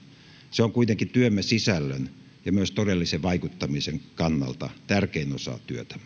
se on kuitenkin työmme sisällön ja myös todellisen vaikuttamisen kannalta tärkein osa työtämme työmme on